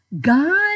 God